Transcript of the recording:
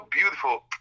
beautiful